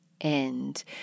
end